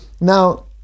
now